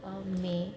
没